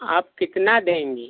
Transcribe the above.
आप कितना देंगी